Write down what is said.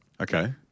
Okay